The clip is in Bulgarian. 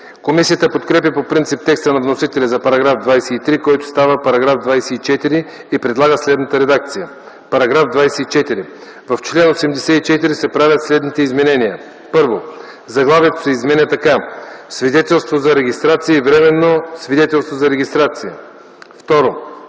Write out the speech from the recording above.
Комисията подкрепя по принцип текста на вносителя за § 23, който става § 24, и предлага следната редакция: „§ 24. В чл. 84 се правят следните изменения: 1. Заглавието се изменя така: „Свидетелство за регистрация и временно свидетелство за регистрация”. 2.